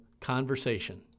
conversation